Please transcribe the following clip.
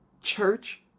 church